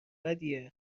بدیه